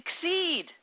succeed